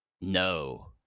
No